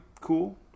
cool